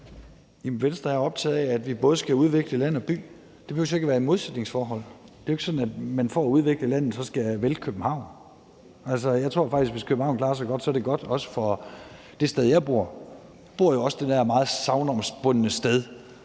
Venstre er optaget af, at vi både skal udvikle land og by. Det behøver ikke at være et modsætningsforhold. Det er ikke sådan, at man for at udvikle landet så skal vælte København. Jeg tror faktisk, at hvis København klarer sig godt, er det også godt for det sted, jeg bor. Jeg bor jo også det der meget sagnomspundne sted,